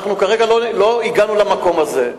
כרגע לא הגענו למקום הזה.